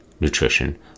nutrition